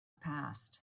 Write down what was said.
passed